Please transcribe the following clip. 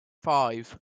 five